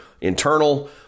internal